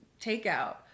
takeout